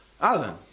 Alan